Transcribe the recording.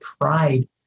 pride